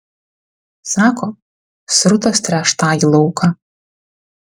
sako srutos tręš tąjį lauką